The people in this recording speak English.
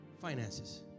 finances